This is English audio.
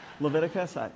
Leviticus